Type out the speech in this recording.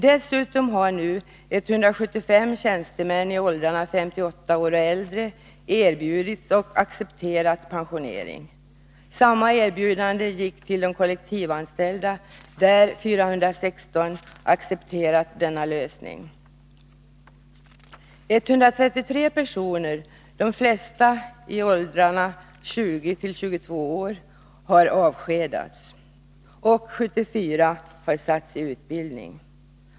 Dessutom har 175 tjänstemän i åldrarna 58 år och äldre erbjudits och accepterat pensionering. Samma erbjudande gick till de kollektivanställda, av vilka 416 accepterat denna lösning. 133 personer, de flesta i åldersgrupperna 20-22 år, har avskedats, och 74 personer har satts i utbildning.